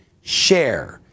share